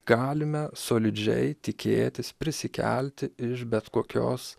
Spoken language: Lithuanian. galime solidžiai tikėtis prisikelti iš bet kokios